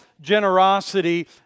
generosity